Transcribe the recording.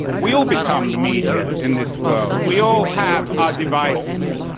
we all become the media in this world. we all have our devices.